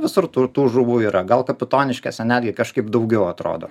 visur tų žuvų yra gal kapitoniškėse net gi kažkaip daugiau atrodo